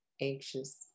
anxious